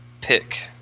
pick